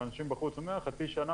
ואנשים בחוץ אומרים חצי שנה,